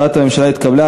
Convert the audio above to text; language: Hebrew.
התקבלה.